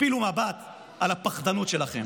תשפילו מבט על הפחדנות שלכם.